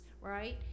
right